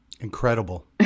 Incredible